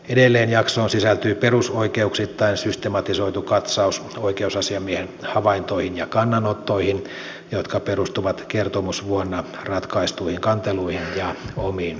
edelleen jaksoon sisältyy perusoikeuksittain systematisoitu katsaus oikeusasiamiehen havaintoihin ja kannanottoihin jotka perustuvat kertomusvuonna ratkaistuihin kanteluihin ja omiin aloitteisiin